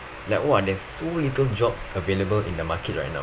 like !wah! there's so little jobs available in the market right now